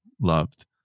loved